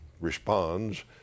responds